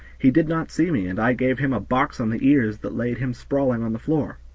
he did not see me and i gave him a box on the ears that laid him sprawling on the floor.